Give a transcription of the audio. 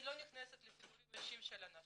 אני לא נכנסת לסיפורים אישיים של אנשים,